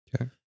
Okay